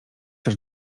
też